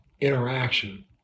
interaction